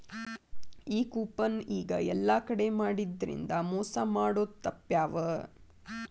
ಈ ಕೂಪನ್ ಈಗ ಯೆಲ್ಲಾ ಕಡೆ ಮಾಡಿದ್ರಿಂದಾ ಮೊಸಾ ಮಾಡೊದ್ ತಾಪ್ಪ್ಯಾವ